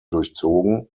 durchzogen